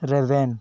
ᱨᱮᱵᱮᱱ